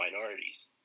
minorities